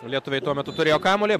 lietuviai tuo metu turėjo kamuolį